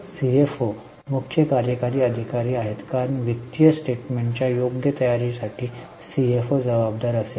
CFO मुख्य कार्यकारी अधिकारी आहेत कारण वित्तीय स्टेटमेन्टच्या योग्य तयारी साठी सीएफओ जबाबदार असेल